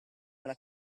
della